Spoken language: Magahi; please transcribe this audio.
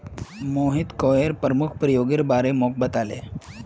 मोहित कॉयर प्रमुख प्रयोगेर बारे मोक बताले